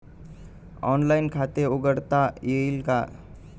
Online खाते उघडता येईल का?